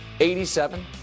87